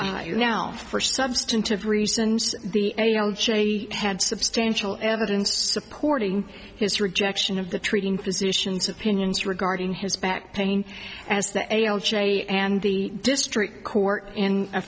pain now for substantive reasons the a l j had substantial evidence supporting his rejection of the treating physicians opinions regarding his back pain as the a l j and the district court in a